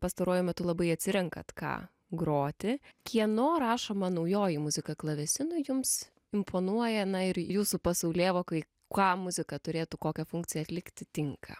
pastaruoju metu labai atsirenkat ką groti kieno rašoma naujoji muzika klavesinui jums imponuoja na ir jūsų pasaulėvokai ką muzika turėtų kokią funkciją atlikti tinka